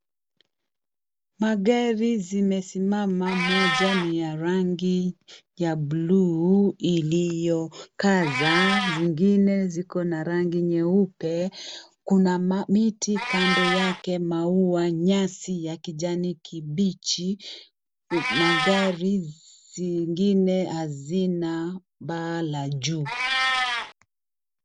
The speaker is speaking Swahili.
Magari zimesimama, moja ni ya rangi ya bluu iliyokaza, zingine ziko na rangi nyeupe . Kuna miti Kando yake, maua, nyasi ya kijani kibichi , magari zingine hazina paa la juu.